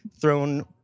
thrown